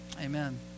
amen